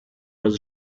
was